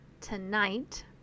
tonight